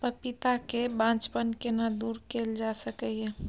पपीता के बांझपन केना दूर कैल जा सकै ये?